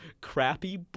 crappy